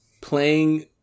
playing